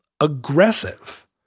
aggressive